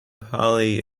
bali